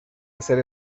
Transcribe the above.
hacer